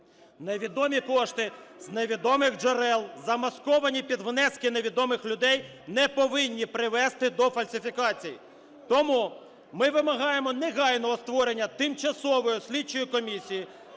Невідомі кошти з невідомих джерел, замасковані під внески невідомих людей, не повинні привести до фальсифікацій. Тому ми вимагаємо негайного створення тимчасової слідчої комісії